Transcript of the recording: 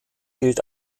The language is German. gilt